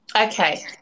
Okay